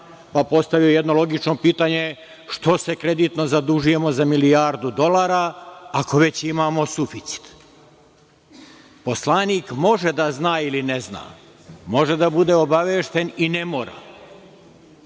pa postavljam jedno logično pitanje – što se kreditno zadužujemo za milijardu dolara, ako već imamo suficit? Poslanik može da zna ili ne zna, može da bude obavešten i ne mora,